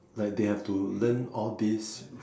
like they have to learn all this